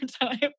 time